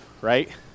right